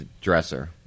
dresser